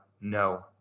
no